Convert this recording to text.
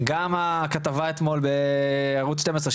גם הכתבה אתמול בערוץ 12,